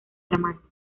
dramático